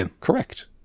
correct